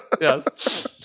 Yes